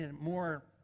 more